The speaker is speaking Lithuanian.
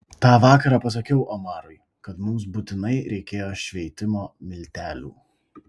tą vakarą pasakiau omarui kad mums būtinai reikėjo šveitimo miltelių